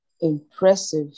impressive